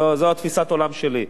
זאת תפיסת העולם שלי.